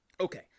Okay